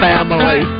Family